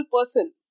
person